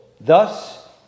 Thus